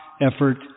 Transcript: effort